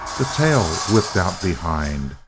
the tail whipped out behind,